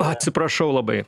atsiprašau labai